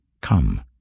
Come